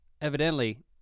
evidently